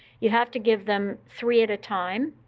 you have to give them three at a time,